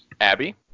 Abby